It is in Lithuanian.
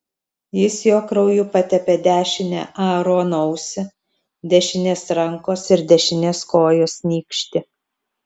jis jo krauju patepė dešinę aarono ausį dešinės rankos ir dešinės kojos nykštį